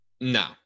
No